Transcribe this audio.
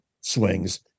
swings